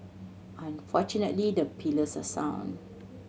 and fortunately the pillars are sound